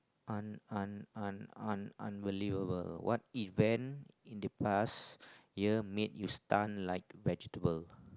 un~ un~ un~ un~ unbelievable what event in the bus here make you stun like vegetable